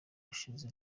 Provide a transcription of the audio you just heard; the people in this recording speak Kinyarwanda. ushize